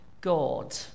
God